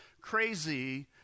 crazy